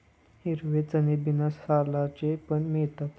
हिरवे चणे बिना सालांचे पण मिळतात